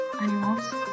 animals